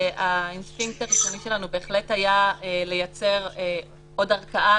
והאינסטינקט הראשוני שלנו בהחלט היה לייצר עוד ערכאה,